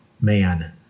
man